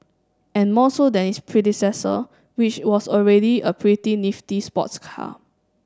and more so than its predecessor which was already a pretty nifty sports car